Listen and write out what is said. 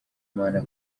imana